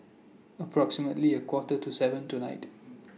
approximately A Quarter to seven tonight